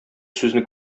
сүзне